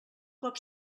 cop